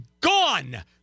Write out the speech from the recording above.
Gone